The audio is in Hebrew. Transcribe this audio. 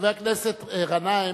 חבר הכנסת גנאים,